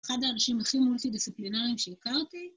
אחד האנשים הכי מולטי-דיסציפלינריים שהכרתי.